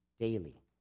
Daily